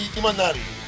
Imanari